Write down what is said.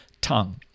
tongue